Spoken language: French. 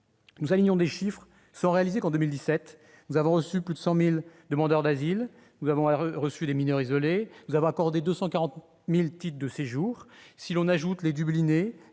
Nous alignons des chiffres, sans réaliser que, en 2017, nous avons reçu plus de 100 000 demandeurs d'asile, des mineurs isolés et accordé 240 000 titres de séjour. Si l'on ajoute à cela